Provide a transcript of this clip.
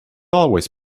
always